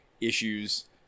issues